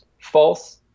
false